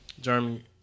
Jeremy